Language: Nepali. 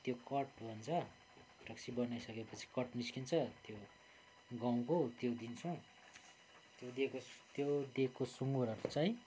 त्यो कट भन्छ रक्सी बनाइसकेपछि कट निस्किन्छ त्यो गहुँको त्यो दिन्छौँ त्यो दिएको त्यो दिएको सुँगुरहरू चाहिँ